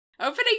Opening